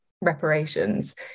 reparations